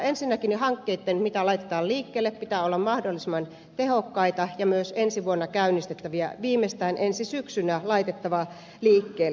ensinnäkin hankkeitten joita laitetaan liikkeelle pitää olla mahdollisimman tehokkaita ja myös ensi vuonna käynnistettäviä viimeistään ensi syksynä niitä on laitettava liikkeelle